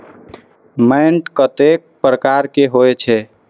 मैंट कतेक प्रकार के होयत छै?